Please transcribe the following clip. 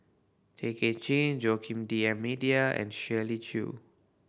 Tay Kay Chin Joaquim D'Almeida and Shirley Chew